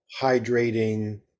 hydrating